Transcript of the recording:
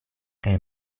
kaj